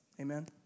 Amen